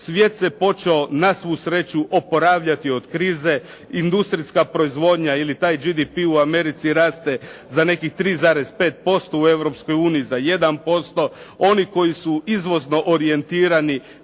Svijet se počeo na svu sreću oporavljati od krize. Industrijska proizvodnja ili taj GDP u Americi raste za nekih 3,5%, u Europskoj uniji za 1%. Oni koji su izvozno orijentirani